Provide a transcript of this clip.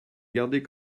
garder